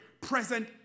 present